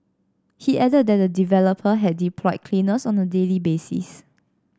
he added that the developer had deployed cleaners on a daily basis